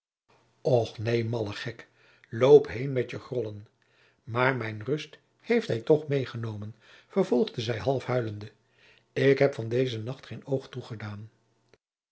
och neen malle gek loop heen met je grollen maar mijn rust heeft hij toch meê genomen jacob van lennep de pleegzoon vervolgde zij half huilende ik heb van deze nacht geen oog toegedaan